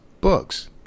books